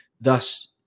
thus